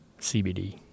CBD